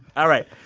all right.